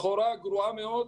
סחורה גרועה מאוד.